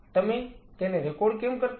તમે તેને રેકોર્ડ કેમ કરતા નથી